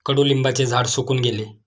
कडुलिंबाचे झाड सुकून गेले